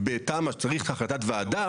ובתמ"א צריך החלטת וועדה.